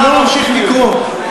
לא ממשיך לקרוא.